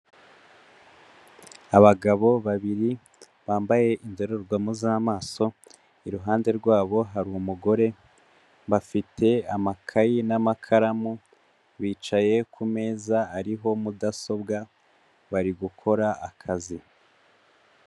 Abagabo babiri bambaye indorerwamo z'amaso, iruhande rwabo hari umugore, bafite amakayi n'amakaramu, bicaye kumeza ariho mudasobwa bari gukora akazi.